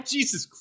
Jesus